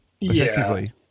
effectively